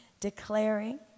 declaring